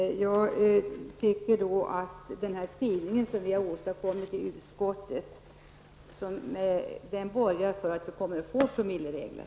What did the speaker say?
Den skrivning som vi har åstadkommit i utskottet torde medföra att vi får promilleregler.